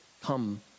come